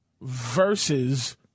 versus